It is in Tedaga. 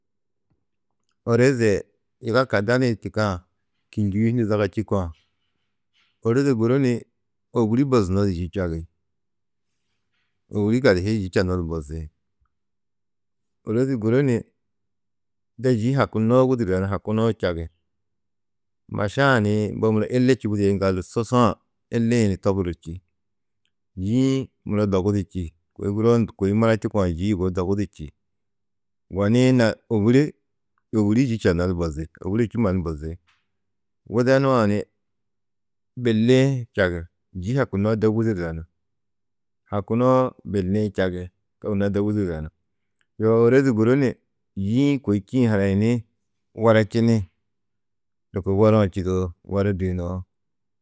Ôroze yiga kadadi-ĩ di čîkã kînjigi hundu zaga čîkã.ôroze guru ni ôburi bozunodi yî čagi ôburi kadihi di yî čanodi bozi ôrozi guru ni de yî hakunoo wûdur yidanú hakunoo čagi maša-ã ni mbo muro illi čubudîe yiŋgaldu susu-ã illi-ĩ ni toburru čî. Yî-ĩ muro dogu du čî kôi guroo ni kôi mura čîkã yî yugó dogu du čî. Goni-ĩ na ôburi ôburi yî čanodi bozi ôbure čû mannu bozi. Widenu-ã ni billi-ĩ čagi, yî hakunoo de wûdur yidanú, hakunoo billi-ĩ čagi, to gunnoo de wûdur yidanú, yoo ôroze guru ni yî-ĩ kôi čîĩ hanayini werečini lôko weru-ã čîdo werediyunoo TEST